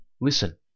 Listen